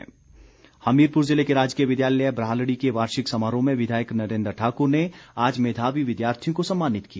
समारोह हमीरपुर जिले के राजकीय विद्यालय ब्राहलड़ी के वार्षिक समारोह में विधायक नरेन्द्र ठाकुर ने आज मेधावी विद्यार्थियों को सम्मानित किया